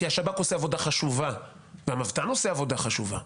כי השב"כ עושה עבודה חשובה והמבת"ן עושה עבודה חשובה,